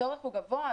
הצורך הוא גבוה.